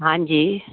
हां जी